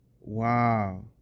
Wow